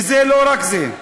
וזה לא רק זה,